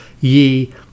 ye